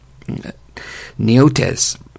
neotes